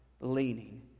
Leaning